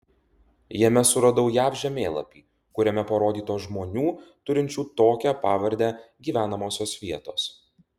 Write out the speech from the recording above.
jame suradau jav žemėlapį kuriame parodytos žmonių turinčių tokią pavardę gyvenamosios vietos